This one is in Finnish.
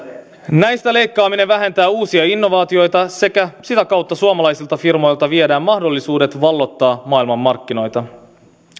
näistä leikkaaminen vähentää uusia innovaatioita sekä sitä kautta suomalaisilta firmoilta viedään mahdollisuudet valloittaa maailmanmarkkinoita on